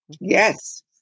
Yes